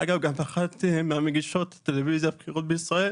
אגב, אחת ממגישות הטלוויזיה הבכירות בישראל